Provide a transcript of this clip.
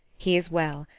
he is well,